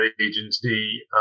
agency